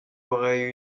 aurait